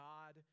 God